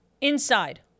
inside